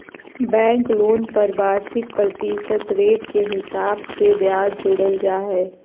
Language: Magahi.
बैंक लोन पर वार्षिक प्रतिशत रेट के हिसाब से ब्याज जोड़ल जा हय